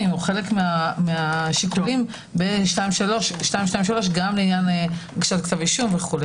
או מהשיקולים ב-223 גם לעניין הגשת כתב אישום.